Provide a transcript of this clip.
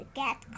get